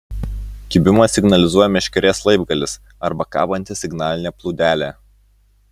kibimą signalizuoja meškerės laibgalis arba kabanti signalinė plūdelė